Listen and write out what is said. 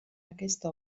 aquesta